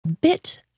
Bit